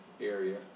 area